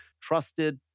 trusted